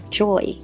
joy